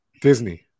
Disney